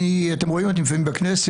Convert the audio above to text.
אתם רואים אותי לפעמים בכנסת.